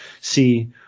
see